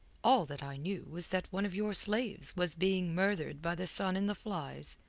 all that i knew was that one of your slaves was being murthered by the sun and the flies.